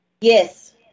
Yes